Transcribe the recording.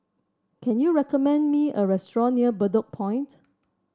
can you recommend me a restaurant near Bedok Point